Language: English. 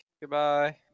Goodbye